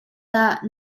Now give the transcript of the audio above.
dah